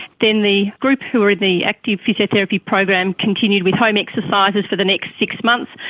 then the group who were in the active physiotherapy program continued with home exercises for the next six months,